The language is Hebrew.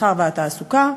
המסחר והתעסוקה",